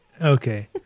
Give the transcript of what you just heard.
Okay